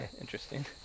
interesting